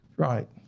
Right